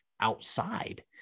outside